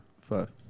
five